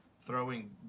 throwing